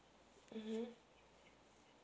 mmhmm